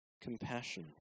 compassion